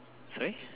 sorry